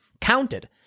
counted